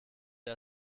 der